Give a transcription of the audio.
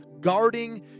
guarding